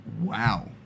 Wow